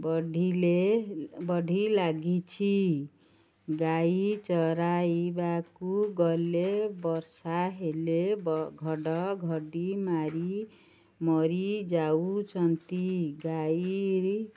ବଢ଼ିଲେ ବଢ଼ି ଲାଗିଛି ଗାଈ ଚରାଇବାକୁ ଗଲେ ବର୍ଷା ହେଲେ ଘଡ଼ ଘଡ଼ି ମାରି ମରିଯାଉଛନ୍ତି ଗାଈ